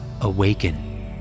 awaken